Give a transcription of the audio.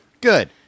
Good